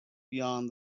beyond